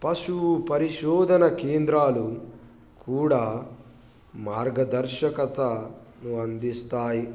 పశు పరిశోధన కేంద్రాలు కూడా మార్గదర్శకతను అందిస్తాయి